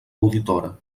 auditora